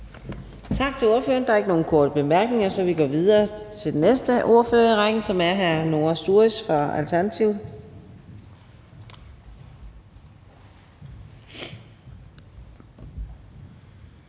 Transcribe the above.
Tak til ordføreren. Der er ikke nogen korte bemærkninger, så vi går videre til den næste ordfører i rækken, som er hr. Noah Sturis fra Alternativet.